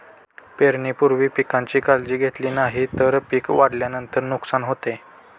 पेरणीपूर्वी पिकांची काळजी घेतली नाही तर पिक वाढल्यानंतर नुकसान होते